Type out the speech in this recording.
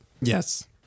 Yes